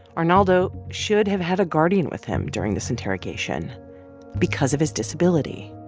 arnaldo should have had a guardian with him during this interrogation because of his disability.